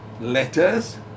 letters